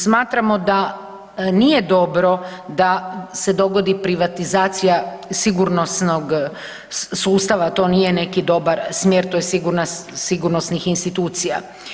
Smatramo da nije dobro da se dogodi privatizacija sigurnosnog sustava, to nije neki dobar smjer tj. sigurnosnih institucija.